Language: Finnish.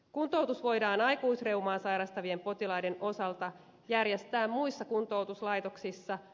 kuntoutus voidaan aikuisreumaa sairastavien potilaiden osalta järjestää muissa kuntoutuslaitoksissa